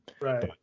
right